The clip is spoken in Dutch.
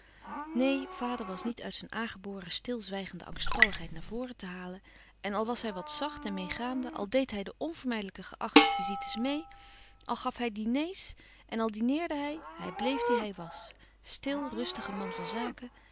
neen vader was niet uit zijn aangeboren stilzwijgende angstvalligheid naar voren te halen en al was hij wat zacht en meêgaande al deed hij de onvermijdelijk geachte visite's meê al gaf hij diners en al dineerde hij hij bleef die hij was stil rustige man van zaken